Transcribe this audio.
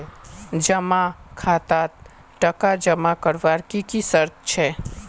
जमा खातात टका जमा करवार की की शर्त छे?